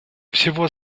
всего